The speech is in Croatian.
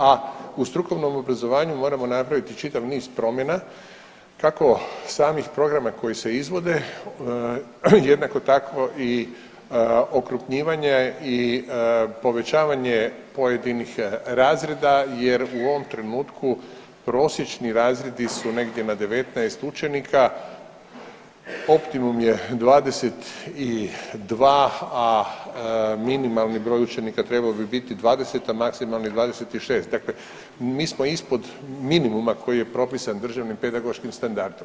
A u strukovnom obrazovanju moramo napraviti čitav niz promjena kako samih programa koji se izvode jednako tako i okrupnjivanje i povećavanje pojedinih razreda jer u ovom trenutku prosječni razredi su negdje na 19 učenika, optimum je 22, a minimalni broj učenika trebao bi biti 20, a maksimalni 26, dakle mi smo ispod minimuma koji je propisan državnim pedagoškim standardom.